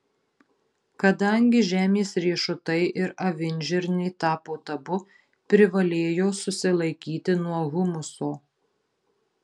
kadangi žemės riešutai ir avinžirniai tapo tabu privalėjo susilaikyti nuo humuso